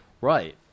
Right